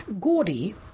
Gordy